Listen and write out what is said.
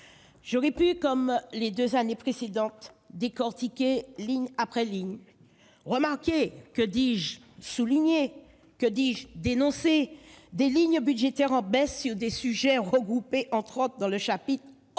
J'aurais pu, comme les deux années précédentes, décortiquer ligne après ligne, remarquer, que dis-je souligner, que dis-je dénoncer des lignes budgétaires en baisse sur des sujets regroupés au sein du programme au